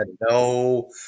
no